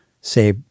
say